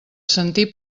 sentir